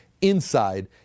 inside